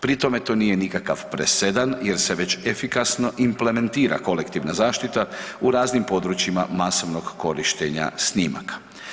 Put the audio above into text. Pri tome to nije nikakav presedan jer se već efikasno implementira kolektivna zaštita u raznim područjima masovnog korištenja snimaka.